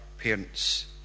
parents